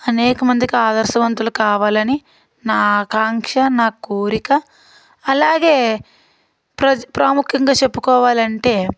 అనేకమందికి ఆదర్శవంతులు కావాలని నా ఆకాంక్ష నా కోరిక అలాగే ప్రజా ప్రాముఖ్యంగా చెప్పుకోవాలి అంటే